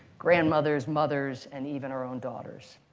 grandmothers, mothers, and even our own daughters.